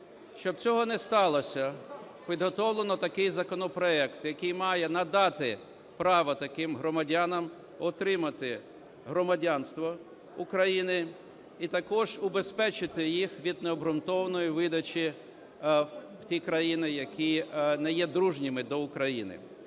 Щоб цього не сталося, підготовлено такий законопроект, який має надати право таким громадянам отримати громадянство України і також убезпечити їх від необґрунтованої видачі в ті країни, які не є дружніми до України.